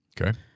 Okay